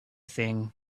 thing